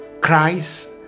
Christ